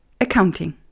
accounting